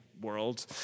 world